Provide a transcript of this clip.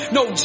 no